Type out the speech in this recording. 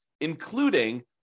including